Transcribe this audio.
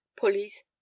pulleys